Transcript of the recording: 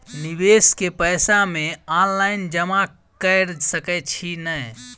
निवेश केँ पैसा मे ऑनलाइन जमा कैर सकै छी नै?